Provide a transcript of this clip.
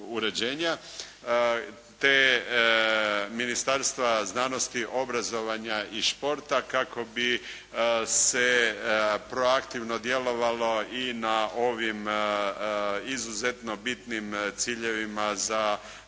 te Ministarstva znanosti, obrazovanja i športa kako bi se proaktivno djelovalo i na ovim izuzetno bitnim ciljevima za